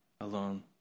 alone